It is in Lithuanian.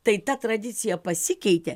tai ta tradicija pasikeitė